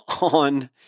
on